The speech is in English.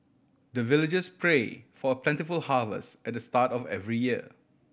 the villagers pray for plentiful harvest at the start of every year